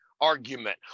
argument